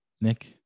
Nick